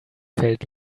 felt